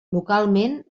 localment